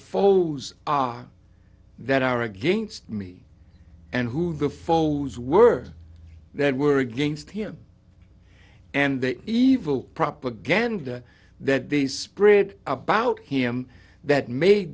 photos are that are against me and who the photos were that were against and the evil propaganda that they spread about him that made